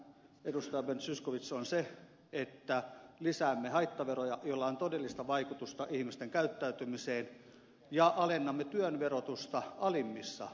ben zyskowicz on se että lisäämme haittaveroja joilla on todellista vaikutusta ihmisten käyttäytymiseen ja alennamme työn verotusta alimmissa palkkaluokissa